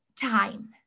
time